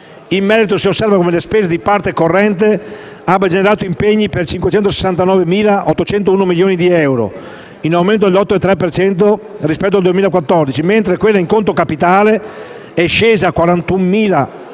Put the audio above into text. In merito, si osserva come la spesa di parte corrente abbia generato impegni per 569.801 milioni di euro (in aumento dell'8,3 per cento rispetto al 2014), mentre quella in conto capitale è scesa a 41.310